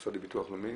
מהמוסד לביטוח לאומי,